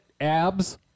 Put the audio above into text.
abs